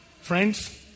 Friends